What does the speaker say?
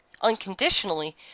unconditionally